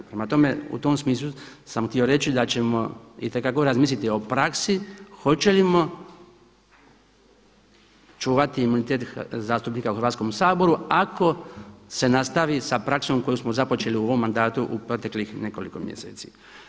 Prema tome, u tom smislu sam htio reći da ćemo itekako razmisliti o praksi hoćemo li čuvati imunitet zastupnika u Hrvatskom saboru ako se nastavi sa praksom koju smo započeli u ovom mandatu u proteklih nekoliko mjeseci.